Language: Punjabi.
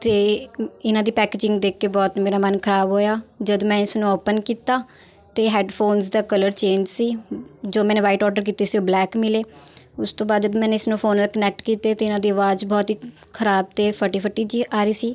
ਅਤੇ ਇਹਨਾਂ ਦੀ ਪੈਕਜਿੰਗ ਦੇਖ ਕੇ ਬਹੁਤ ਮੇਰਾ ਮਨ ਖ਼ਰਾਬ ਹੋਇਆ ਜਦੋਂ ਮੈਂ ਇਸ ਨੂੰ ਓਪਨ ਕੀਤਾ ਅਤੇ ਹੈੱਡਫੋਨਸ ਦਾ ਕਲਰ ਚੇਂਜ ਸੀ ਜੋ ਮੈਨੇ ਵਾਈਟ ਔਡਰ ਕੀਤੇ ਸੀ ਉਹ ਬਲੈਕ ਮਿਲੇ ਉਸ ਤੋਂ ਬਾਅਦ ਮੈਨੇ ਇਸਨੂੰ ਫੋਨ ਨਾਲ ਕੋਨੈਕਟ ਕੀਤੇ ਤਾਂ ਇਹਨਾਂ ਦੀ ਅਵਾਜ਼ ਬਹੁਤ ਖ਼ਰਾਬ ਅਤੇ ਫਟੀ ਫਟੀ ਜਿਹੀ ਆ ਰਹੀ ਸੀ